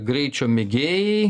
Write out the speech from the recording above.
greičio mėgėjai